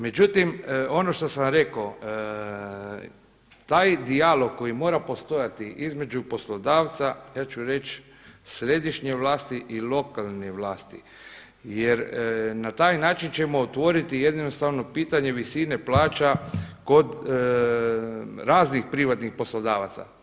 Međutim, ono što sam vam rekao, taj dijalog koji mora postojati između poslodavca, ja ću reći, središnje vlasti i lokalnih vlasti jer na taj način ćemo otvoriti jednostavno pitanje visine plaća kod raznih privatnih poslodavaca.